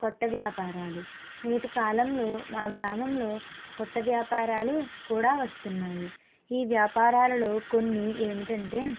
కొత్త వ్యాపారాలు నేటి కాలంలో మా మి కొత్త వ్యాపారాలు కూడా వస్తున్నాయి ఈ వ్యాపారాలలో కొన్ని ఏమిటంటే